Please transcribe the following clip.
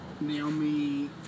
Naomi